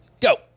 Go